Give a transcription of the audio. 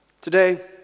Today